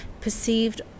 perceived